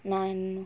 nine